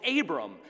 Abram